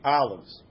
olives